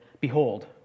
Behold